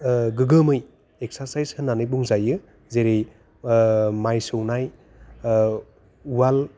गोगोमै exercise होननानै बुंजायो जेरै माइ सौनाय उवाल